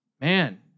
man